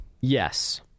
Yes